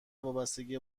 وابستگی